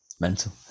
mental